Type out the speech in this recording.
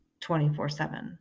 24-7